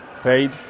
paid